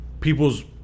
people's